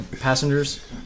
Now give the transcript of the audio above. passengers